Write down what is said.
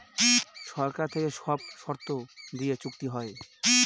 সরকার থেকে সব শর্ত দিয়ে চুক্তি হয়